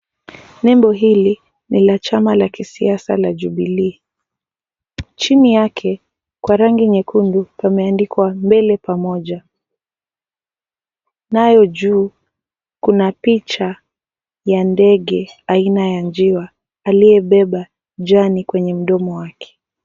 Nembo hili ni la chama la kisiasa la Jubilee. Chini yake kwa rangi nyekundu pameandikwa mbele pamoja. Nayo juu kuna picha ya ndege aina ya njiwa aliyebeba jani kwenye mdomo wake.